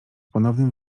ponownym